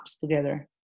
together